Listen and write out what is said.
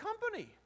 company